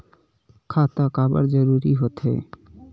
खाता काबर जरूरी हो थे?